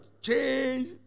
change